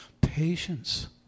patience